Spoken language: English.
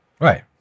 Right